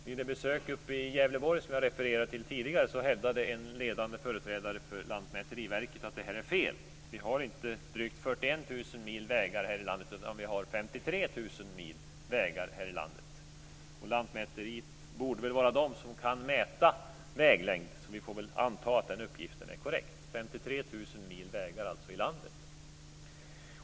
Vid ett besök uppe i Gävleborg, som jag refererade till tidigare, hävdade en ledande företrädare för Lantmäteriverket att det är fel. Vi har inte drygt 41 000 mil vägar här i landet, utan vi har 53 000 mil vägar här i landet, och Lantmäteriverket borde väl vara de som kan mäta väglängder, så vi får väl anta att den uppgiften är korrekt. Det finns alltså 53 000 mil vägar i landet.